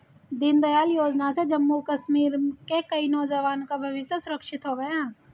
दीनदयाल योजना से जम्मू कश्मीर के कई नौजवान का भविष्य सुरक्षित हो गया